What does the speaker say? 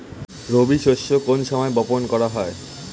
রবি শস্য কোন সময় বপন করা হয়?